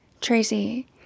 tracy